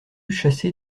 chasser